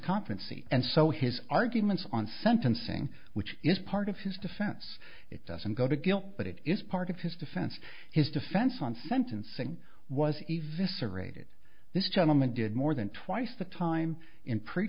conferences and so his arguments on sentencing which is part of his defense it doesn't go to guilt but it is part of his defense his defense on sentencing was a vis aerated this gentleman did more than twice the time in pre